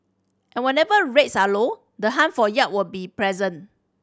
and whenever rates are low the hunt for yield will be present